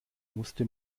musste